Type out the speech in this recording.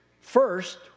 first